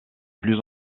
plus